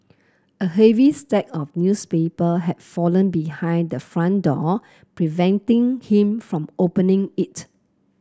a heavy stack of newspaper had fallen behind the front door preventing him from opening it